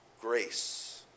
grace